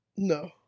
no